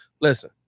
listen